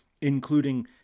including